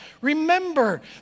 remember